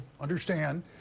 understand